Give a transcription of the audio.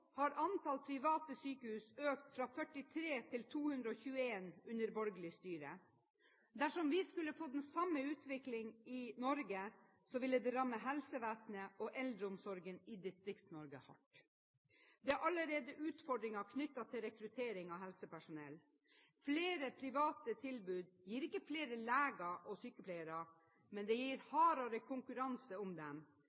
har antallet private sykehus økt fra 43 til 221 under borgerlig styre. Dersom vi skulle få den samme utviklingen i Norge, ville det ramme helsevesenet og eldreomsorgen i Distrikts-Norge hardt. Der er det allerede utfordringer knyttet til rekruttering av helsepersonell. Flere private tilbud gir ikke flere leger og sykepleiere, men det gir